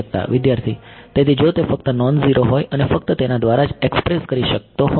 વિદ્યાર્થી તેથી જો તે ફક્ત નોન ઝીરો હોય અને ફક્ત તેના દ્વારા જ એક્ષપ્રેસ કરી શકાતો હોય